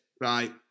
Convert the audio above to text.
right